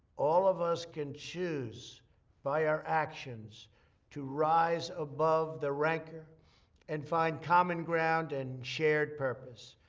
all of us can choose by our actions to rise above the rancor and find common ground and shared purpose.